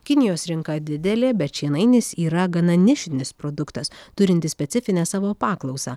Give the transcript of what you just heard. kinijos rinka didelė bet šienainis yra gana nišinis produktas turinti specifinę savo paklausą